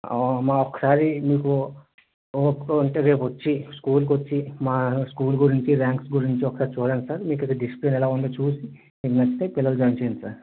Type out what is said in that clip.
ఒక్కసారి మీకు ఓకే అంటే రేపు వచ్చి స్కూల్ కి వచ్చి మా స్కూల్ గురించి ర్యాంక్స్ గురించి ఒకసారి చుడండి సార్ మీకు డిసిప్లిన్ ఎలా ఉందో చూసి మీకు నచ్చితే పిల్లల్ని జాయిన్ చేయండి సార్